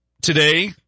today